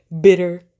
Bitter